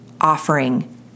offering